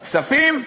בכספים,